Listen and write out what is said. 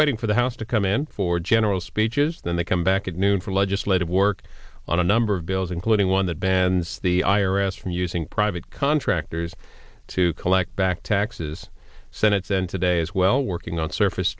waiting for the house to come in for general speeches then they come back at noon for legislative work on a number of bills including one that bans the i r s from using private contractors to collect back taxes senates and today as well working on surface